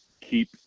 keep